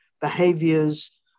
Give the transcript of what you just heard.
behaviors